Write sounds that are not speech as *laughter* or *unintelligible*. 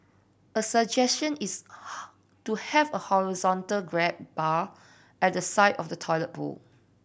a suggestion is *unintelligible* to have a horizontal grab bar at the side of the toilet bowl